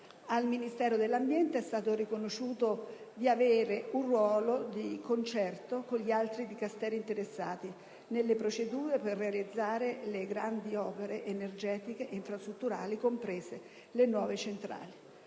Al Ministero dell'ambiente è stato riconosciuto di avere un ruolo, di concerto con gli altri Dicasteri interessati, nelle procedure per realizzare le grandi opere energetiche e infrastrutturali, comprese le nuove centrali.